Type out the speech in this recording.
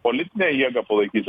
politinę jėgą palaikyti